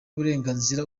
uburenganzira